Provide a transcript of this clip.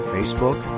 Facebook